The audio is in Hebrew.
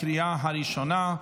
לקריאה הראשונה.